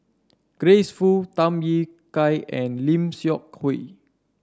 Grace Fu Tham Yui Kai and Lim Seok Hui